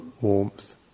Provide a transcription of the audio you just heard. warmth